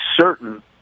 certain